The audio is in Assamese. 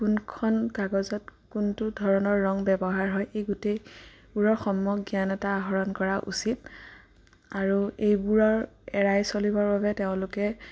কোনখন কাগজত কোনটো ধৰণৰ ৰং ব্যৱহাৰ হয় এই গোটেইবোৰৰ সম্যক জ্ঞান এটা আহৰণ কৰা উচিত আৰু এইবোৰৰ এৰাই চলিবৰ বাবে তেওঁলোকে